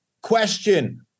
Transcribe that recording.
question